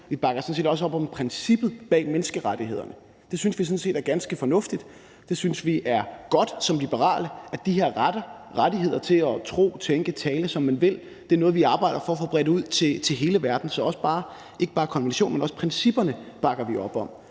sådan set også op om princippet bag menneskerettighederne. Det synes vi sådan set er ganske fornuftigt; det synes vi som liberale er godt, altså at de her rettigheder til at tro, tænke og tale, som man vil, er noget, vi arbejder på at få bredt ud til hele verden. Så ikke bare konventionen, men også principperne bakker vi op om.